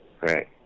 right